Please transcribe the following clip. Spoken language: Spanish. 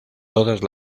todas